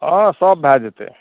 हाँ सब भए जेतय